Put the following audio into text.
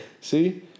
See